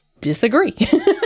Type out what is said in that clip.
disagree